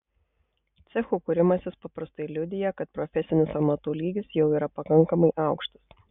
cechų kūrimasis paprastai liudija kad profesinis amatų lygis jau yra pakankamai aukštas